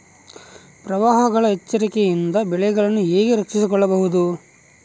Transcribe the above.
ಪ್ರವಾಹಗಳ ಎಚ್ಚರಿಕೆಯಿಂದ ಬೆಳೆಗಳನ್ನು ಹೇಗೆ ರಕ್ಷಿಸಿಕೊಳ್ಳಬಹುದು?